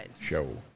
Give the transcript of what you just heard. show